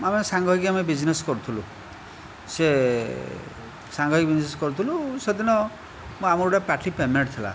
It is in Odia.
ଆମେ ସାଙ୍ଗ ହୋଇକି ଆମେ ବିଜନେସ୍ କରୁଥିଲୁ ସେ ସାଙ୍ଗ ହୋଇକି ବିଜନେସ୍ କରୁଥିଲୁ ସେଦିନ ମୁଁ ଆମର ଗୋଟିଏ ପାର୍ଟି ପେମେଣ୍ଟ ଥିଲା